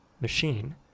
machine